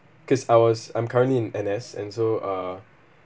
cause I was I'm currently in N_S and so uh